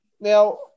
Now